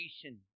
creation